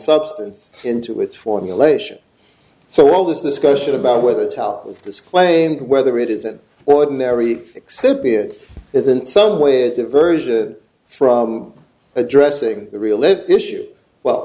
substance into its formulation so all this discussion about whether to help with this claim whether it is an ordinary except be it is in some way or diversion from addressing the real it issue well